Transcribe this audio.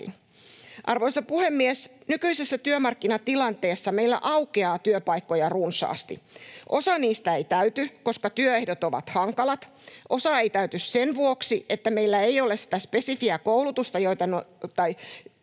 Arvoisa puhemies! Nykyisessä työmarkkinatilanteessa meillä aukeaa työpaikkoja runsaasti. Osa niistä ei täyty, koska työehdot ovat hankalat, osa ei täyty sen vuoksi, että meillä ei ole työttömänä spesifisti koulutettuja